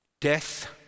death